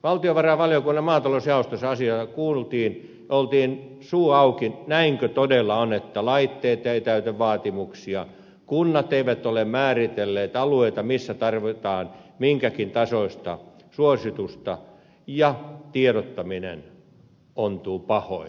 valtiovarainvaliokunnan maatalousjaostossa asiaa kuultiin ja oltiin suu auki näinkö todella on että laitteet eivät täytä vaatimuksia kunnat eivät ole määritelleet alueita missä tarvitaan minkäkin tasoista suositusta ja tiedottaminen ontuu pahoin